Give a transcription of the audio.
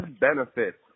benefits